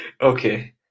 Okay